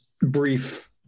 brief